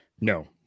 No